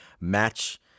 match